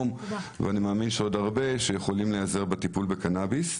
ועוד רבים שיכולים להיעזר בטיפול בקנביס.